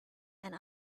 and